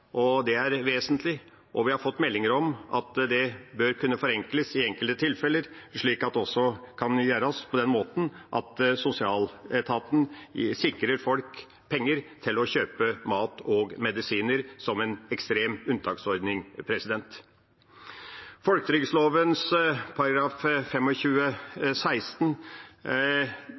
og det er vesentlig. Vi har fått meldinger om at det bør kunne forenkles i enkelte tilfeller, slik at sosialetaten sikrer folk penger til å kjøpe mat og medisiner som en ekstrem unntaksordning.